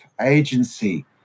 agency